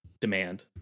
demand